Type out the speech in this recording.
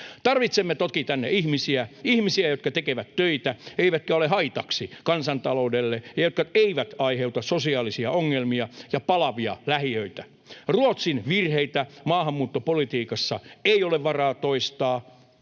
Tarvitsemme toki tänne ihmisiä, ihmisiä, jotka tekevät töitä eivätkä ole haitaksi kansantaloudelle ja jotka eivät aiheuta sosiaalisia ongelmia ja palavia lähiöitä. Ruotsin virheitä maahanmuuttopolitiikassa ei ole varaa toistaa.